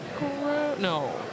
No